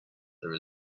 there